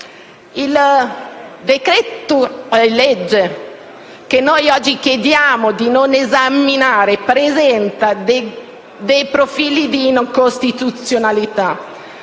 Il decreto-legge che oggi chiediamo di non esaminare presenta profili di incostituzionalità.